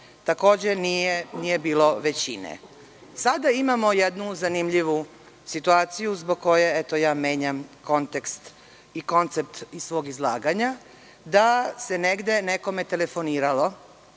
Takođe nije bilo većine. Sada imamo jednu zanimljivu situaciju zbog koje ja menjam kontekst i koncept svog izlaganja, da se negde nekome telefoniralo